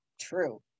true